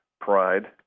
Pride